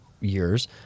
years